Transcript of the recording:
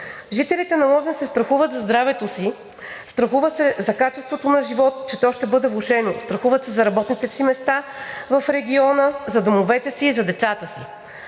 Жителите на Лозен се страхуват за здравето си, страхуват се за качеството на живот, че то ще бъде влошено, страхуват се за работните си места в региона, за домовете си, за децата си.